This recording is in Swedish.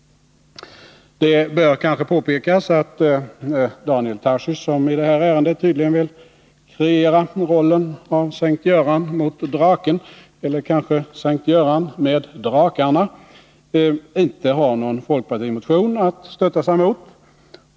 Det bör kanske påpekas att Daniel Tarschys som i det här ärendet tydligen vill kreera rollen av S:t Göran mot draken — eller kanske S:t Göran med drakarna — inte har någon folkpartimotion att stötta sig mot.